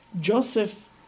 Joseph